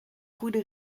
goede